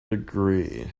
degree